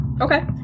Okay